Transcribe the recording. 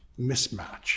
mismatch